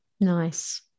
Nice